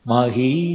Mahi